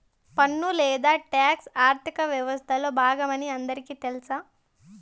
పన్ను లేదా టాక్స్ ఆర్థిక వ్యవస్తలో బాగమని అందరికీ తెల్స